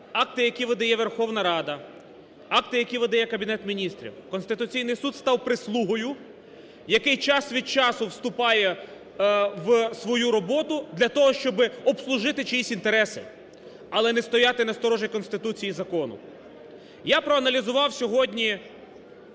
акти, які видає Верховна Рада, акти, які видає Кабінет Міністрів. Конституційний Суд став прислугою, який час від часу вступає в свою роботу для того, щоб обслужити чиїсь інтереси, але не стояти на сторожі Конституції і закону. Я проаналізував сьогодні